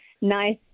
nice